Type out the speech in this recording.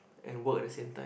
and work at the same time